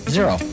Zero